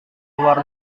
luar